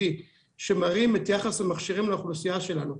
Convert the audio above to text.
שמראים את יחס המכשירים לאוכלוסייה שלנו,